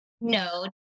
No